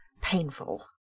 painful